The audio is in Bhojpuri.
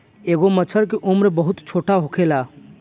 एगो मछर के उम्र बहुत छोट होखेला